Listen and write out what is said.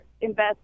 invest